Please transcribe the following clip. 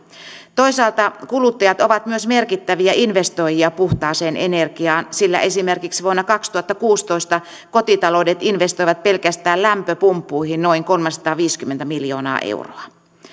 toisaalta kuluttajat ovat myös merkittäviä puhtaaseen energiaan investoijia sillä esimerkiksi vuonna kaksituhattakuusitoista kotitaloudet investoivat pelkästään lämpöpumppuihin noin kolmesataaviisikymmentä miljoonaa euroa